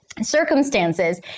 Circumstances